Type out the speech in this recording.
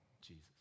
Jesus